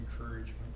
encouragement